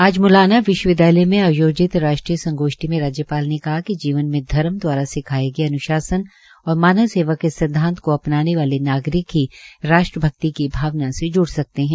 आज म्लाना विश्वविद्यालय में आयोजित राष्ट्रीयसंगोष्ठी में राज्पाल ने कहा कि जीवन में धर्म द्वारा दिखाए गए अन्शासन और मानव सेवा सिद्वांत को अपनाने वाले नागरिक ही राष्ट्रभक्ति की भावना से ज्ड़ सकते है